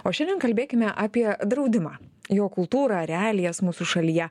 o šiandien kalbėkime apie draudimą jo kultūrą realijas mūsų šalyje